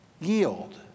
Yield